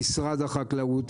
במשרד החקלאות,